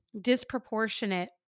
disproportionate